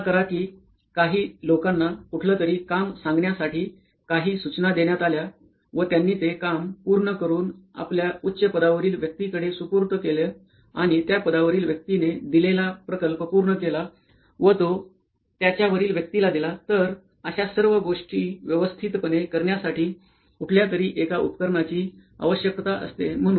कल्पना करा की काही लोकांना कुठलंतरी काम सांगण्यासाठी काही सूचना देण्यात आल्या व त्यांनी ते काम पूर्ण करून आपल्या उच्च पदावरील व्यक्तींकडे सुपूर्द केलं आणि त्या पदावरील व्यक्तीने दिलेला प्रकल्प पूर्ण केला व तो त्याच्या वरील व्यक्तीला दिला तर अश्या सर्व गोष्टी व्यवस्थितपणे करण्यासाठी कुठल्यातरी एका उपकरणाची डिव्हईस आवश्यकता असते